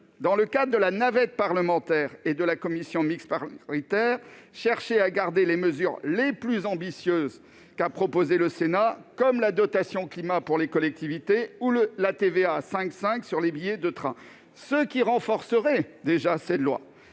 dans le cadre de la navette parlementaire et de la commission mixte paritaire, chercher à garder les mesures les plus ambitieuses qu'a proposées le Sénat, comme la dotation climat pour les collectivités ou la TVA à 5,5 % sur les billets de train, ce qui renforcerait déjà la loi